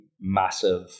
massive